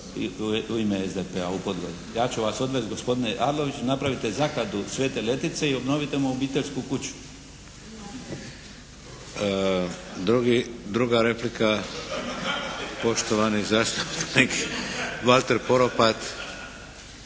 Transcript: u ime SDP-a u Podgori. Ja ću vas odvesti gospodine Arloviću. Napravite zakladu Svete Letice i obnovite mu obiteljsku kuću. **Šeks, Vladimir (HDZ)** Drugi, druga replika poštovani zastupnik Valter Poropat.